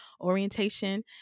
orientation